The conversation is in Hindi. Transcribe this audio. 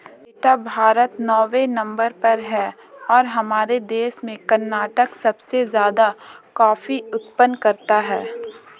बेटा भारत नौवें नंबर पर है और हमारे देश में कर्नाटक सबसे ज्यादा कॉफी उत्पादन करता है